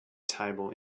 table